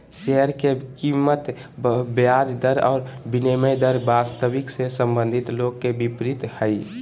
share के कीमत ब्याज दर और विनिमय दर वास्तविक से संबंधित लोग के विपरीत हइ